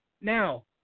Now